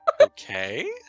Okay